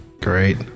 Great